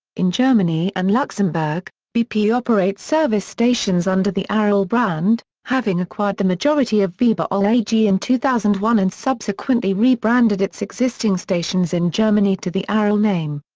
in germany and luxembourg, bp operates service stations under the aral brand, having acquired the majority of veba ol ag in two thousand and one and subsequently rebranded its existing stations in germany to the aral name.